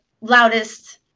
loudest